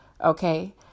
okay